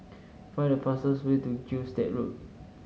find the fastest way to Gilstead Road